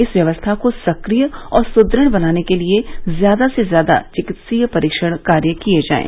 इस व्यवस्था को सक्रिय और सुदृढ़ बनाने के लिये ज्यादा से ज्यादा चिकित्सकीय परीक्षण कार्य किया जाये